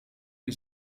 die